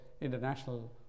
International